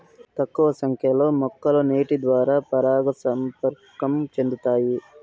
తక్కువ సంఖ్య లో మొక్కలు నీటి ద్వారా పరాగ సంపర్కం చెందుతాయి